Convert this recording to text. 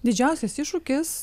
didžiausias iššūkis